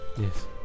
Yes